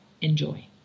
Enjoy